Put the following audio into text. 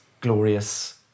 glorious